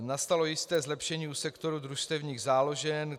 Nastalo jisté zlepšení u sektoru družstevních záložen.